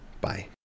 Bye